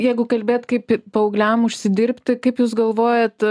jeigu kalbėt kaip paaugliam užsidirbti kaip jūs galvojat